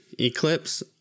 Eclipse